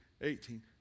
Eighteen